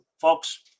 Folks